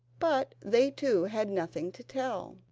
but they too had nothing to tell.